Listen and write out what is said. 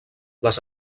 les